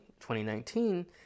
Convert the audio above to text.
2019